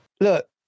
Look